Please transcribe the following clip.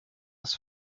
das